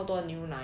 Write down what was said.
mm mm